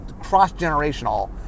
cross-generational